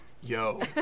Yo